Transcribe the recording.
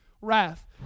Wrath